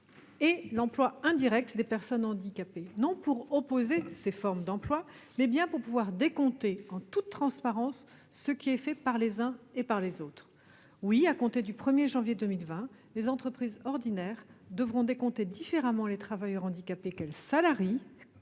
et l'emploi indirect des personnes handicapées, non pour opposer ces deux formes d'emploi, mais bien pour pouvoir décompter, en toute transparence, ce qui est fait par les uns et par les autres. Oui, à compter du 1 janvier 2020, les entreprises ordinaires devront décompter différemment, dans le cadre de leur obligation